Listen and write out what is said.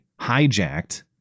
hijacked